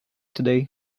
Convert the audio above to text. today